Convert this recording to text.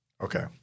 Okay